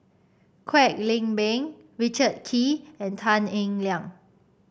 Kwek Leng Beng Richard Kee and Tan Eng Liang